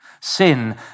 Sin